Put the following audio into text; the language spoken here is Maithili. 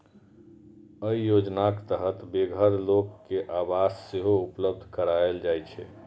अय योजनाक तहत बेघर लोक कें आवास सेहो उपलब्ध कराएल जाइ छै